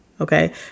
okay